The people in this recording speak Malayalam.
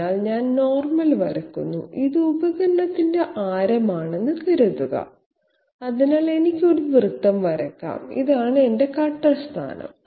അതിനാൽ ഞാൻ നോർമൽ വരയ്ക്കുന്നു ഇത് ഉപകരണത്തിന്റെ ആരം ആണെന്ന് കരുതുക അതിനാൽ എനിക്ക് ഒരു വൃത്തം വരയ്ക്കാം ഇതാണ് എന്റെ കട്ടർ സ്ഥാനം